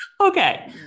okay